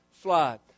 slide